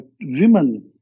women